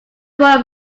fall